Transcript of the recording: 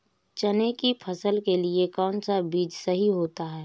चने की फसल के लिए कौनसा बीज सही होता है?